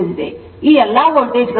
ಈ ಎಲ್ಲಾ ವೋಲ್ಟೇಜ್ಗಳು ಒಂದೇ ಅಂದರೆ 44